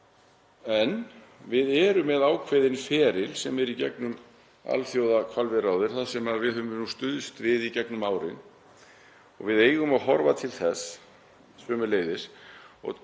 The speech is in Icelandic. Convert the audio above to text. En við erum með ákveðinn feril í gegnum Alþjóðahvalveiðiráðið sem við höfum stuðst við í gegnum árin. Við eigum að horfa til þess sömuleiðis og